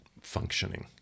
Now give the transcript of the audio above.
functioning